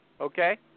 Okay